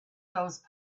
those